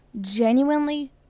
genuinely